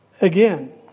Again